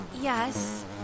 Yes